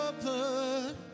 blood